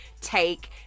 take